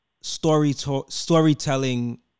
storytelling